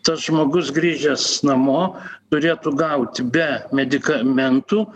tas žmogus grįžęs namo turėtų gauti be medikamentų